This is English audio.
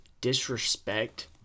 Disrespect